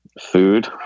Food